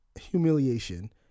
humiliation